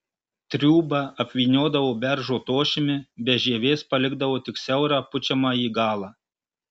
triūbą apvyniodavo beržo tošimi be žievės palikdavo tik siaurą pučiamąjį galą